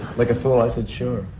like a fool, i said sure.